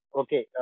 okay